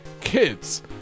kids